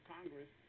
Congress